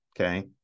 okay